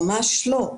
ממש לא,